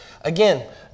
Again